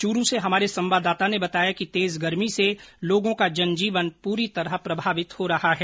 चूरू से हमारे संवाददाता ने बताया कि तेज गर्मी से लोगों का जनजीवन पूरी तरह प्रभावित हो रहा है